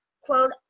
Quote